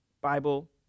Bible